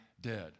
dead